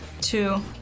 Two